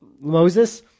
Moses